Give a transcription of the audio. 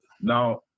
Now